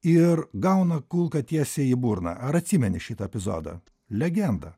ir gauna kulką tiesiai į burną ar atsimeni šitą epizodą legendą